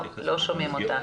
זאת אומרת,